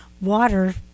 water